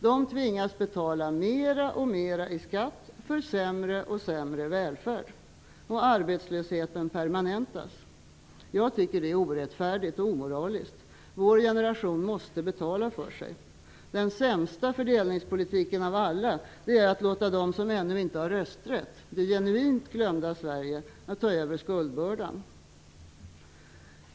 De tvingas betala mer och mer i skatt för sämre och sämre välfärd, och arbetslösheten permanentas. Jag tycker att det är orättfärdigt och omoraliskt. Vår generation måste betala för sig. Den sämsta fördelningspolitiken av alla är att låta dem som ännu inte har rösträtt -- det genuint glömda Sverige -- ta över skuldbördan.